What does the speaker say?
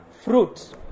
fruit